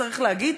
צריך להגיד,